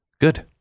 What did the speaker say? Good